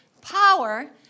power